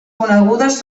conegudes